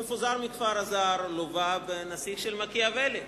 המפוזר מכפר אז"ר לווה בנסיך של מקיאוולי,